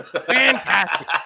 Fantastic